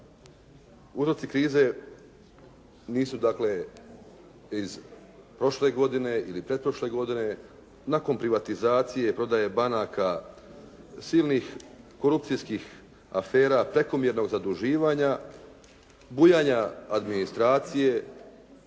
uzroci krize nisu dakle iz prošle godine ili pretprošle godine. Nakon privatizacije, prodaje banaka, silnih korupcijskih afera, prekomjernog zaduživanja, bujanja administracija,